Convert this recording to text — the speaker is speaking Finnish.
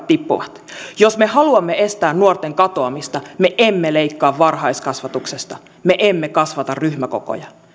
tippuvat jos me haluamme estää nuorten katoamista me emme leikkaa varhaiskasvatuksesta me emme kasvata ryhmäkokoja